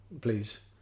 Please